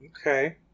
Okay